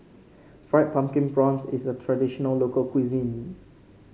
Fried Pumpkin Prawns is a traditional local cuisine